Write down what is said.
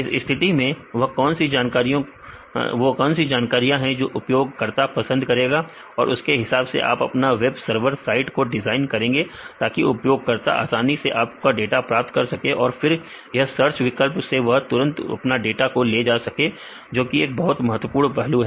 इसी तरीके से वह कौन सी जानकारियां हैं जो उपयोगकर्ता पसंद करेगा और उसके हिसाब से आप अपना वेब सर्वर साइट को डिजाइन करेंगे ताकि उपयोगकर्ता आसानी से अपना डाटा प्राप्त कर सके और फिर इस सर्च विकल्प से वह तुरंत अपना डाटा को ले सके जो कि एक बहुत ही महत्वपूर्ण पहलू है